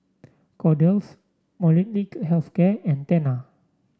Kordel's Molnylcke Health Care and Tena